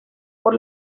por